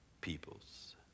peoples